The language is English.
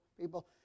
people